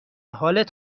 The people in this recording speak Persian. حالت